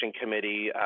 Committee